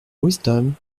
wisdom